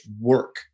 work